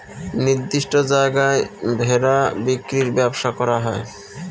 নির্দিষ্ট জায়গায় ভেড়া বিক্রির ব্যবসা করা হয়